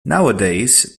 nowadays